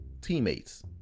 teammates